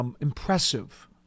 impressive